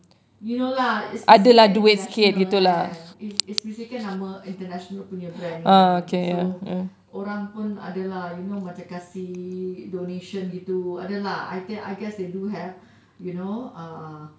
you know lah S_P_C_A kan international kan S_P_C_A kan nama international punya brand kan so orang pun ada lah you know macam kasih donation gitu ada lah I think I guess they do have you know uh